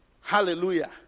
hallelujah